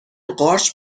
قارچ